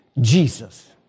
Jesus